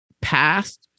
past